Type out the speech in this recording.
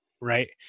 right